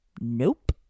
nope